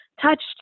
touched